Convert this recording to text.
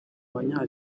banya